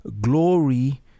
glory